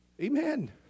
Amen